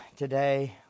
Today